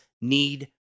need